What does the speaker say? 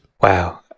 Wow